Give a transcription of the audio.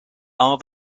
are